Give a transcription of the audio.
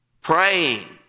praying